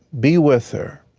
be with her.